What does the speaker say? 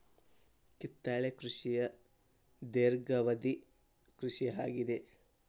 ಕಿತ್ತಳೆ ಕೃಷಿಯ ಧೇರ್ಘವದಿ ಕೃಷಿ ಆಗಿದೆ